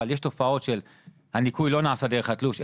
אבל יש תופעות שהניכוי לא נעשה דרך התלוש,